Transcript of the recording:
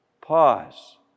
pause